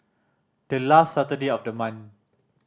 the last Saturday of the month